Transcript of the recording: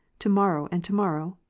to-morrow, and to-morrow?